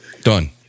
Done